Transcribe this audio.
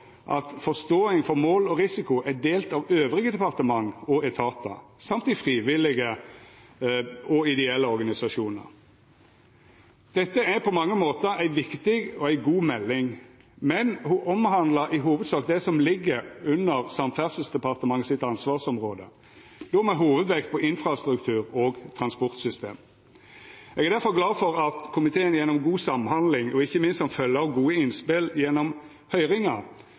at forståing for mål og risiko er delt av dei andre departementa og etatane og i frivillige og ideelle organisasjonar. Dette er på mange måtar ei viktig og god melding, men ho omhandlar i hovudsak det som ligg under Samferdselsdepartementets ansvarsområde, då med hovudvekt på infrastruktur og transportsystem. Eg er difor glad for at komiteen gjennom god samhandling, og ikkje minst som følgje av gode innspel gjennom